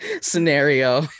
scenario